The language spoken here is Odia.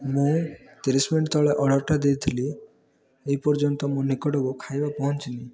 ମୁଁ ତିରିଶ ମିନିଟ୍ ତଳେ ଅର୍ଡ଼ର୍ଟା ଦେଇଥିଲି ଏଇ ପର୍ଯ୍ୟନ୍ତ ମୋ ନିକଟକୁ ଖାଇବା ପହଞ୍ଚିନି